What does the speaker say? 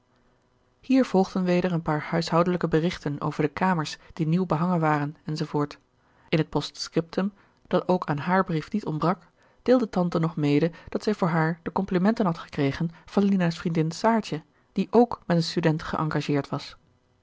hier volgden weder e paar huishoudelijke berichten over de kamers die nieuw behangen waren enz in het postscriptum dat ook aan haar brief niet ontbrak deelde tante nog mede dat zij voor haar de komplimenten had gekregen van lina's vriendin saartje die ook met een student geengageerd was